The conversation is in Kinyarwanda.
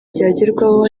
ryagerwaho